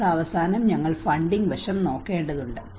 ദിവസാവസാനം ഞങ്ങൾ ഫണ്ടിംഗ് വശം നോക്കേണ്ടതുണ്ട്